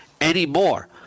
anymore